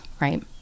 right